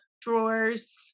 drawers